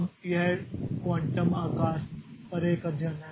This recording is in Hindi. अब यह क्वांटम आकार पर एक अध्ययन है